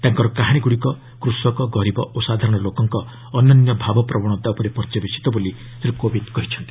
ତାଙ୍କର କାହାଣୀଗୁଡ଼ିକ କୃଷକ ଗରିବ ଓ ସାଧାରଣ ଲୋକଙ୍କ ଅନନ୍ୟ ଭାବପ୍ରବଣତା ଉପରେ ପର୍ଯ୍ୟବେସିତ ବୋଲି ଶ୍ରୀ କୋବିନ୍ଦ କହିଛନ୍ତି